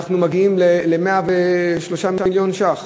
אנחנו מגיעים ל-103 מיליון ש"ח,